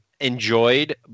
enjoyed